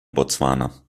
botswana